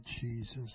Jesus